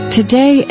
today